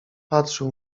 patrzył